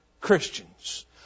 Christians